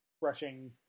brushing